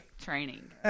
Training